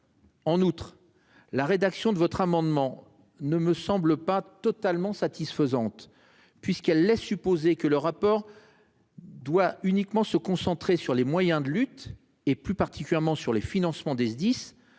En outre, la rédaction de votre amendement ne me semble pas totalement satisfaisante puisqu'elle laisse supposer que le rapport. Doit uniquement se concentrer sur les moyens de lutte et plus particulièrement sur les financements des SDIS